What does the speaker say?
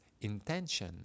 intention